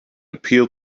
appeal